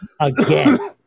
again